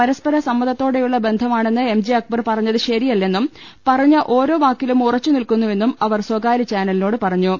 പരസ്പര സമ്മതത്തോടെ യുളള ബന്ധമാണെന്ന് എം ജെ അക്ബർ പറഞ്ഞത് ശരിയല്ലെന്നും പറഞ്ഞ ഓരോ വാക്കിലും ഉറച്ച് നിൽക്കു ന്നുവെന്നും അവർ സ്ഥകാര്യ ചാനലിനോട് പറഞ്ഞു